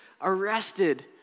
arrested